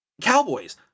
Cowboys